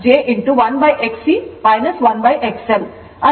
ಈ ಸಂದರ್ಭದಲ್ಲಿ ನಾವು Y G jB ಎಂದು ಬರೆಯುತ್ತೇವೆ